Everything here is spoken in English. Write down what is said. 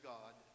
God